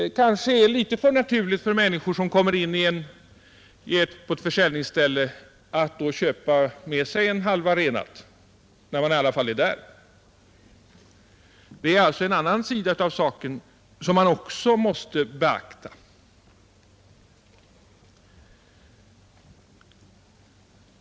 Det är kanske lite för naturligt för människor som kommer in på ett försäljningsställe att köpa med sig en halva renat när de ändå är där. Det är en annan sida av saken, som vi också måste beakta.